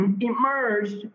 emerged